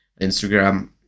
Instagram